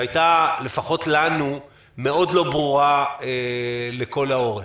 שהיתה לפחות לנו מאוד לא ברורה לכל האורך.